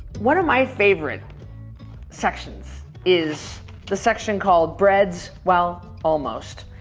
one of my favorite sections is the section called breads. well almost.